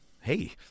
hey